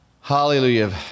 Hallelujah